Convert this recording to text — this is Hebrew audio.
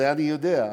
זה אני יודע.